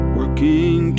working